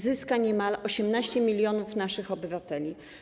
Zyska niemal 18 mln naszych obywateli.